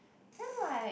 then like